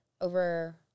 over